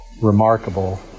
Remarkable